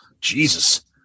Jesus